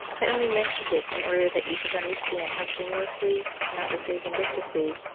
i only mentioned it in order that you should understand how strenuously, not to say vindictively,